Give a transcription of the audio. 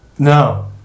No